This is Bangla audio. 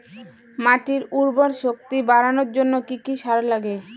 মাটির উর্বর শক্তি বাড়ানোর জন্য কি কি সার লাগে?